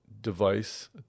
device